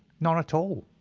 none at all,